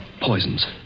poisons